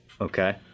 Okay